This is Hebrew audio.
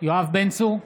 יואב בן צור,